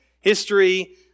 history